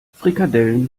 frikadellen